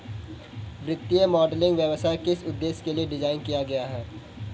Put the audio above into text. वित्तीय मॉडलिंग व्यवसाय किस उद्देश्य के लिए डिज़ाइन किया गया है?